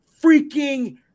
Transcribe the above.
freaking